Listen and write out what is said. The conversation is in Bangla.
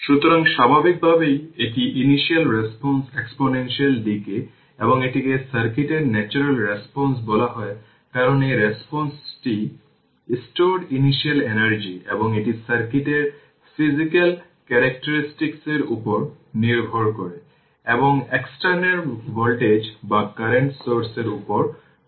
সুতরাং স্বাভাবিকভাবেই এটি ইনিশিয়াল রেসপন্স এক্সপোনেনশিয়াল ডিকে এবং এটিকে সার্কিটের ন্যাচারাল রেসপন্স বলা হয় কারণ এই রেসপন্সটি স্টোরড ইনিশিয়াল এনার্জি এবং সার্কিটের ফিজিক্যাল কেরেক্টারিস্টিক্স এর কারণে হয় এবং এক্সটার্নাল ভোল্টেজ বা কারেন্ট সোর্স এর কারণে নয়